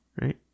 Right